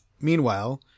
Meanwhile